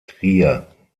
trier